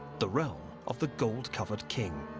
the realm of the gold-covered king.